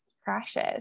crashes